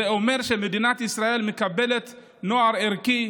זה אומר שמדינת ישראל מקבלת נוער ערכי,